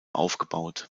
aufgebaut